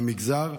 מהמגזר,